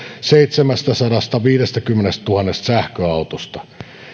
seitsemästäsadastaviidestäkymmenestätuhannesta sähköautosta